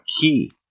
key